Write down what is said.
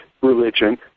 religion